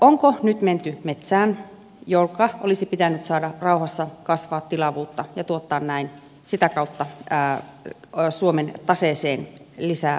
onko nyt menty metsään jonka olisi pitänyt saada rauhassa kasvaa tilavuutta ja tuottaa sitä kautta suomen taseeseen lisää omaisuutta